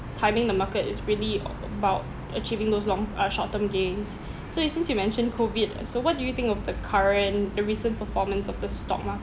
timing the market is really uh about achieving those long uh short term gains so and since you mentioned COVID uh so what do you think of the current the recent performance of the stock market